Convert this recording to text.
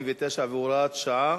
189 והוראת שעה)